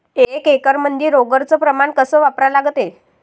एक एकरमंदी रोगर च प्रमान कस वापरा लागते?